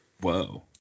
Whoa